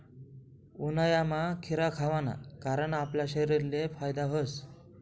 उन्हायामा खीरा खावाना कारण आपला शरीरले फायदा व्हस